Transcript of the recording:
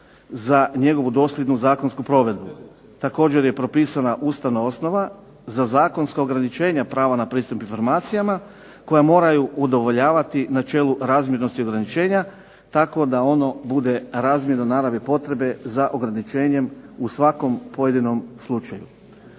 za njegovu dosljednu zakonsku provedbu. Također je propisana Ustavna osnova za zakonsko ograničenja prava na pristup informacijama koja moraju udovoljavati načelu razmjernosti ograničenja tako da ono bude razmjerno naravi potrebe za ograničenjem u svakom pojedinom slučaju.